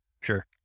Sure